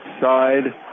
side